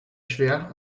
schwer